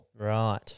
Right